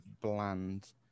bland